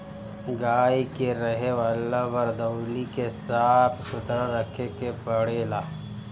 गाई के रहे वाला वरदौली के साफ़ सुथरा रखे के पड़ेला